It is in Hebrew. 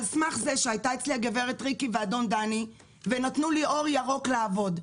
על סמך זה שהיו אצלי הגב' ריקי ואדון דני ונתנו לי אור ירוק לעבוד.